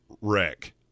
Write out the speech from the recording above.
wreck